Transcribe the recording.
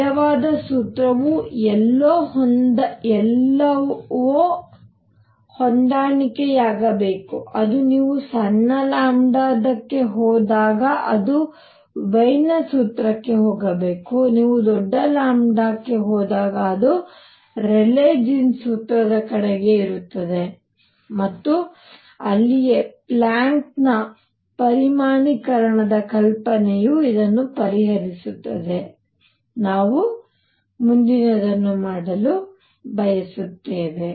ನಿಜವಾದ ಸೂತ್ರವು ಎಲ್ಲೋ ಹೊಂದಾಣಿಕೆಯಾಗಬೇಕು ಅದು ನೀವು ಸಣ್ಣ ದಕ್ಕೆ ಹೋದಾಗ ಅದು ವೈನ್ನ ಸೂತ್ರಕ್ಕೆ ಹೋಗಬೇಕು ಮತ್ತು ನೀವು ದೊಡ್ಡ ದಕ್ಕೆ ಹೋದಾಗ ಅದು ರೇಲೀ ಜೀನ್ಸ್ ಸೂತ್ರದ ಕಡೆಗೆ ಇರುತ್ತದೆ ಮತ್ತು ಅಲ್ಲಿಯೇ ಪ್ಲ್ಯಾಂಕ್ನ ಪರಿಮಾಣೀಕರಣದ ಕಲ್ಪನೆಯು ಇದನ್ನು ಪರಿಹರಿಸುತ್ತದೆ ನಾವು ಮುಂದಿನದನ್ನು ಮಾಡಲು ಬಯಸುತ್ತೇವೆ